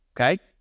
okay